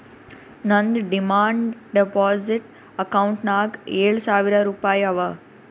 ನಂದ್ demand deposit ಅಕೌಂಟ್ನಾಗ್ ಏಳ್ ಸಾವಿರ್ ರುಪಾಯಿ ಅವಾ